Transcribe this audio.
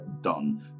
done